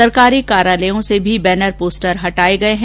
सरकारी कार्यालयों में भी बैनर पोस्टर हटाए गए हैं